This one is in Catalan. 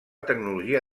tecnologia